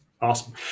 Awesome